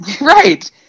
Right